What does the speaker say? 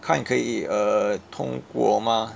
看可以 uh 通过吗